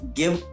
give